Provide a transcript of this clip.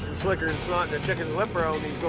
slicker than snot in a chicken's lip around these